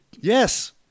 yes